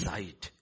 Sight